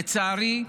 לצערי,